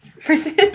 person